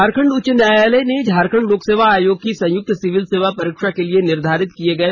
झारखंड उच्च न्यायालय ने झारखंड लोक सेवा आयोग की संयुक्त सिविल सेवा परीक्षा के लिए निर्धारित किए गए